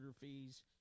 fees